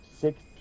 six